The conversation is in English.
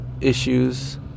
issues